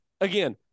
again